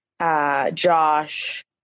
Josh